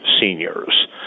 seniors